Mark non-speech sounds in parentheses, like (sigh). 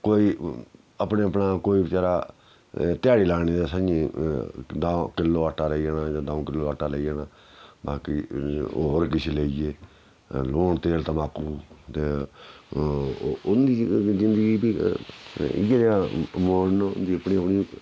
कोई अपने अपना कोई बचैरा ध्याड़ी लाने दे सं'ञै द'ऊं किल्लो आटा लेई जाना जां द'ऊं किल्लो आटा लेई जाना बाकी होर किश लेई गे लून तेल तमाकू ते उं'दी जिंदगी फ्ही इ'यै नेहा (unintelligible) उ'नेंगी अपनी